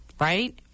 Right